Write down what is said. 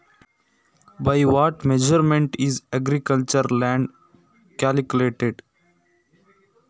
ಕೃಷಿ ಜಮೀನನ್ನು ಯಾವ ಮಾಪನದಿಂದ ಲೆಕ್ಕ ಹಾಕ್ತರೆ?